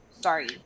sorry